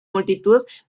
multitud